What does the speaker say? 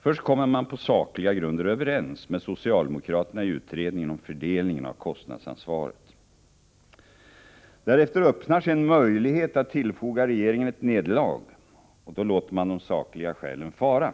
Först kommer man på sakliga grunder överens med socialdemokraterna i utredningen om fördelningen av kostnadsansvaret. Därefter öppnar sig en möjlighet att tillfoga regeringen ett nederlag. Då låter man de sakliga skälen fara.